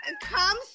come